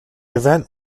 event